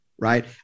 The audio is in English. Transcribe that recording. right